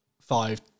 five